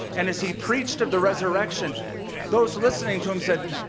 and as he preached of the resurrection those listening to him said,